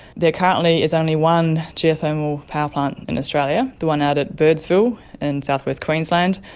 there currently is only one geothermal power plant in australia, the one out at birdsville in south-west queensland,